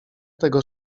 tego